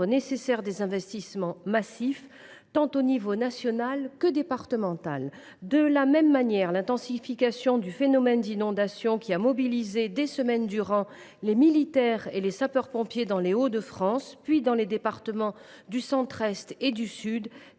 nécessaire des investissements massifs, aux niveaux tant national que départemental. De la même manière, l’intensification du phénomène d’inondations qui a mobilisé, des semaines durant, les militaires et les sapeurs pompiers dans les Hauts de France, puis dans les départements du centre est et du sud,